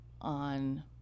on